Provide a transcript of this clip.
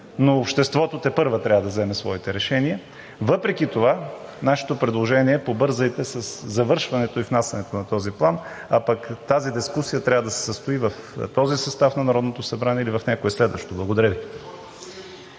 но обществото тепърва трябва да вземе своите решения. Въпреки това нашето предложение е: побързайте със завършването и внасянето на този план, а пък тази дискусия трябва да се състои в този състав на Народното събрание или в някое следващо. Благодаря Ви.